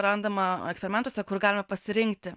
randama eksperimentuose kur galima pasirinkti